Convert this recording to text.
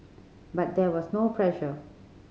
but there was no pressure